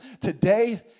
Today